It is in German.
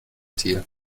tier